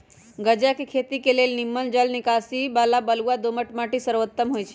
गञजा के खेती के लेल निम्मन जल निकासी बला बलुआ दोमट माटि सर्वोत्तम होइ छइ